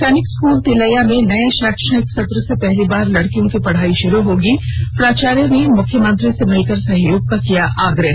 सैनिक स्कूल तिलैया में नए शैक्षणिक सत्र से पहली बार लड़कियों की पढ़ाई होगी शुरू प्राचार्य ने मुख्यमंत्री से मिलकर सहयोग का किया आग्रह